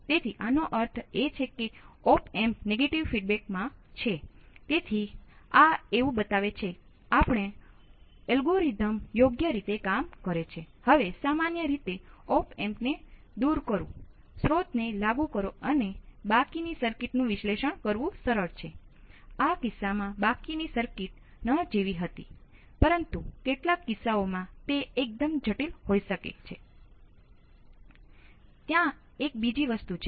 તેથી આમાંથી વહેતા વિદ્યુત પ્રવાહો સ્પષ્ટ રીતે 0 નથી